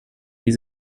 die